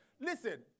Listen